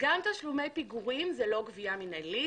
תשלומי פיגורים זה לא גבייה מינהלית.